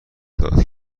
داد